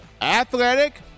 athletic